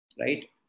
right